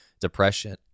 depression